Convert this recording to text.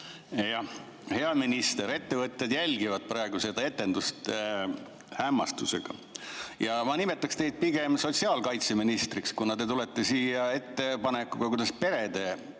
Hea minister! Ettevõtjad jälgivad praegu seda etendust hämmastusega. Ma nimetaksin teid pigem sotsiaalkaitseministriks, kuna te tulete siia ettepanekuga, kuidas perede